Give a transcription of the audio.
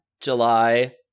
July